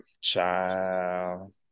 child